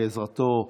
בעזרתו,